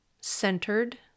centered